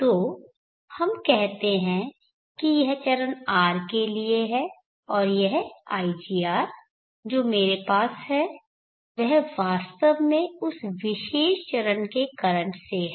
तो हम कहते हैं कि यह चरण R के लिए है और यह igR जो मेरे पास यहां है वह वास्तव में उस विशेष चरण के करंट से है